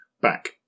back